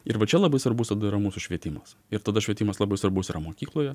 ir va čia labai svarbus tada yra mūsų švietimas ir tada švietimas labai svarbus yra mokykloje